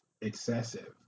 excessive